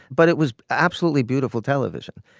but it was absolutely beautiful television.